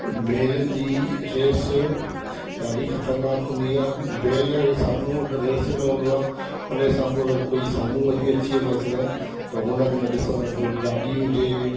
बेलनि जी रेस ॾाढी खतरनाक़ हूंदी आहे बैल जे साम्हूं अगरि रेस न हूंदो आहे हुनजे साम्हूं अगरि कोई साम्हूं अची वञेसि न त हुनखे न ॾिसंदो आहे पोइ गाॾी हुजे